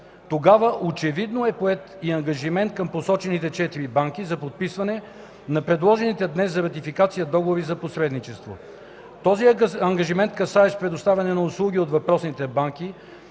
Тогава очевидно е поет и ангажимент към посочените четири банки за подписване на предложените днес за ратификация договори за посредничество. Този ангажимент, касаещ предоставяне на услуги от въпросните банки,